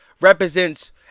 represents